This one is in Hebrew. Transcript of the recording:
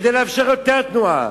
כדי לאפשר יותר תנועה,